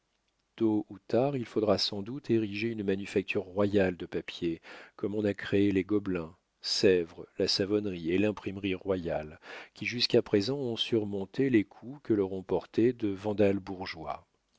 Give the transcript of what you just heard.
tôt ou tard il faudra sans doute ériger une manufacture royale de papier comme on a créé les gobelins sèvres la savonnerie et l'imprimerie royale qui jusqu'à présent ont surmonté les coups que leur ont portés de vandales bourgeois